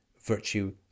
virtue